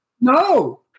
No